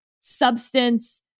substance